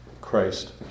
Christ